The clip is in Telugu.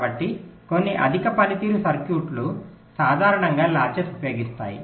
కాబట్టి కొన్ని అధిక పనితీరు సర్క్యూట్లు సాధారణంగా లాచెస్ ఉపయోగిస్తాయి